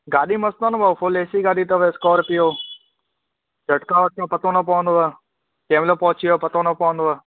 गाॾी मस्तु आहे न भाउ फुल ए सी गाॾी अथव स्कॉरपियो झटका वटका पतो न पवंदुव कंहिं महिल पहुची विया पतो न पवंदव